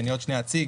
שאני עוד שנייה אציג,